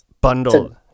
bundle